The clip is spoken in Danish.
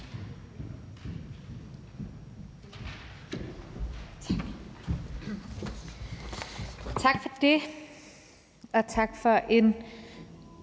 Tak for det, og tak for en